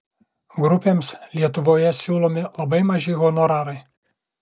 grupėms lietuvoje siūlomi labai maži honorarai